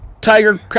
Tiger